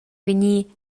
vegnir